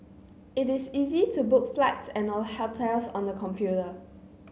it is easy to book flights and a hotels on the computer